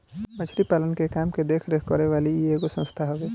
मछरी पालन के काम के देख रेख करे वाली इ एगो संस्था हवे